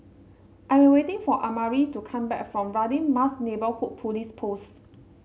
I am waiting for Amari to come back from Radin Mas Neighbourhood Police Post